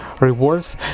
rewards